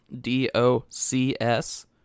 D-O-C-S